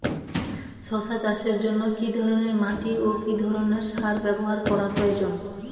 শশা চাষের জন্য কি ধরণের মাটি ও কি ধরণের সার ব্যাবহার করা প্রয়োজন?